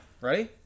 Ready